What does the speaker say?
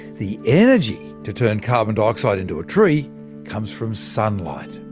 the energy to turn carbon dioxide into a tree comes from sunlight.